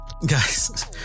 Guys